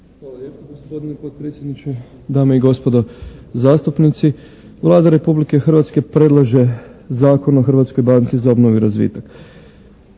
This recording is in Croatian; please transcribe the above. Hvala lijepo gospodine potpredsjedniče. Dame i gospodo zastupnici. Vlada Republike Hrvatske predlaže Zakona o Hrvatskoj banci za obnovu i razvitak.